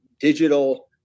digital